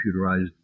computerized